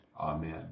Amen